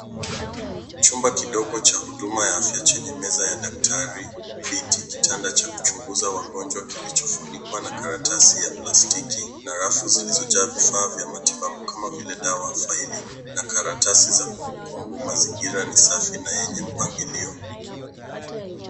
Chumba kidogo cha huduma ya afya chenye meza ya daktari, kiti, kitanda cha kuchunguza wagonjwa kilichofunikwa na karatasi ya plastiki na rafu zilizojaa vifaa vya matibabu kama vile dawa, faili na karatasi za kumbukumbu. Mazingira ni safi na yenye mpangilio.